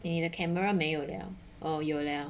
eh the camera 没有 liao oh 有 liao